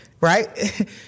Right